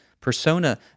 persona